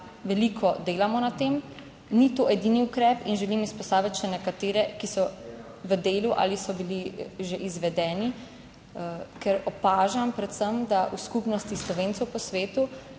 veliko delamo na tem. Ni to edini ukrep, in želim izpostaviti še nekatere, ki so v delu ali so bili že izvedeni, ker opažam predvsem, da v skupnosti Slovencev po svetu